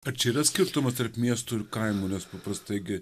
ar čia yra skirtumas tarp miestų ir kaimų nes paprastai gi